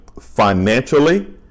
financially